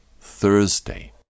Thursday